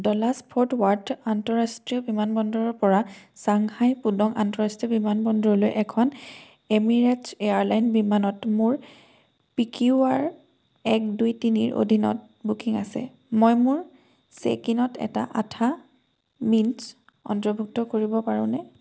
Dallas Fort Worth আন্তঃৰাষ্ট্ৰীয় বিমানবন্দৰৰপৰা Shanghai Pudong আন্তঃৰাষ্ট্ৰীয় বিমানবন্দৰলৈ এখন এমিৰেটছ এয়াৰলাইন বিমানত মোৰ পি কিউ আৰ এক দুই তিনিৰ অধীনত বুকিং আছে মই মোৰ চেক ইনত এটা আঠা মিণ্টছ অন্তৰ্ভুক্ত কৰিব পাৰোঁনে